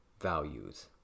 values